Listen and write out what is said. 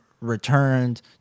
returned